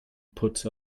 puts